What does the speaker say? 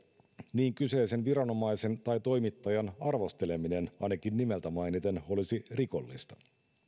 niin kyseisen viranomaisen tai toimittajan arvosteleminen ainakin nimeltä mainiten olisi rikollista